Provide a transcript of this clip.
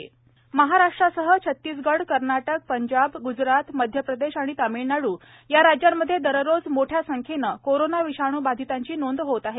राज्य बाधित आढावा एअर महाराष्ट्रासह छतीसगड कर्नाटक पंजाब ग्जरात मध्य प्रदेश आणि तामिळनाडू या राज्यांमध्ये दररोज मोठ्या संख्येनं कोरोना विषाणूबाधितांची नोंद होत आहे